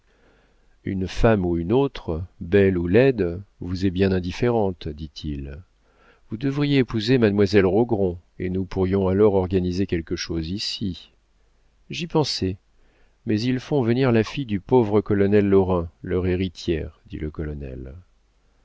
une femme ou une autre belle ou laide vous est bien indifférente dit-il vous devriez épouser mademoiselle rogron et nous pourrions alors organiser quelque chose ici j'y pensais mais ils font venir la fille du pauvre colonel lorrain leur héritière dit le colonel